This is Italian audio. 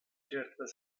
certa